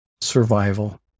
survival